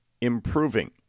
improving